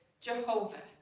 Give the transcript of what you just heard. Jehovah